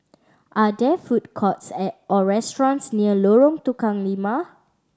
are there food courts or restaurants near Lorong Tukang Lima